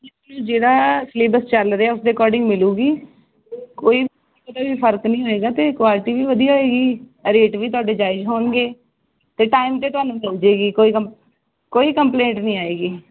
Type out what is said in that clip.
ਜਿਹੜਾ ਸਿਲੇਬਸ ਚੱਲ ਰਿਹਾ ਉਸ ਦੇ ਅਕੋਰਡਿੰਗ ਮਿਲੂਗੀ ਕੋਈ ਫਰਕ ਨਹੀਂ ਹੋਏਗਾ ਤੇ ਕੁਆਲਿਟੀ ਵੀ ਵਧੀਆ ਹੋਏਗੀ ਰੇਟ ਵੀ ਤੁਹਾਡੇ ਜਾਇਜ਼ ਹੋਣਗੇ ਤੇ ਟਾਈਮ ਤੇ ਤੁਹਾਨੂੰ ਮਿਲ ਜਾਏਗੀ ਕੋਈ ਕੰਪ ਕਈ ਕੰਪਲੇਟ ਨੀ ਆਏਗੀ